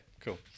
cool